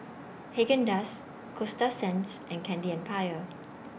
Haagen Dazs Coasta Sands and Candy Empire